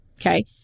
okay